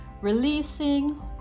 releasing